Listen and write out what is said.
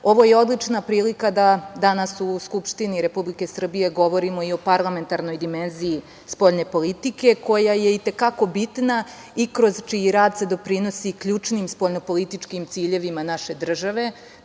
je odlična prilika da danas u Skupštini Republike Srbije govorimo i o parlamentarnoj dimenziji spoljne politike, koja je i te kako bitna i kroz čiji rad se doprinosi ključnim spoljnopolitičkim ciljevima naše države,